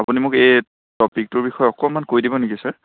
আপুনি মোক এই টপিকটোৰ বিষয়ে অকণমান কৈ দিব নেকি ছাৰ